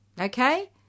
Okay